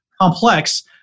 Complex